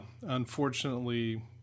unfortunately